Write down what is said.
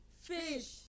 fish